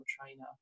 trainer